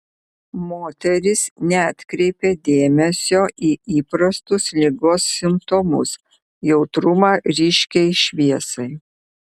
moteris neatkreipė dėmesio į įprastus ligos simptomus jautrumą ryškiai šviesai